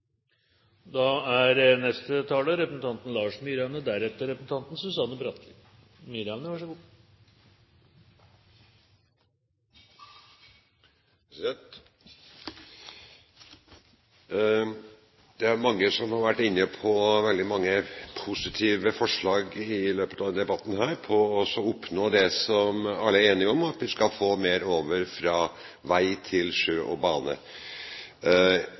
Det er mange som har vært inne på veldig mange positive forslag i løpet av debatten her for å oppnå det som alle er enige om – at vi skal få mer over fra vei til sjø og bane,